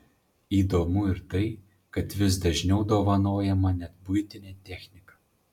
įdomu ir tai kad vis dažniau dovanojama net buitinė technika